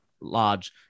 large